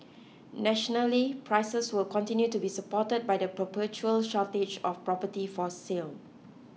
nationally prices will continue to be supported by the perpetual shortage of property for sale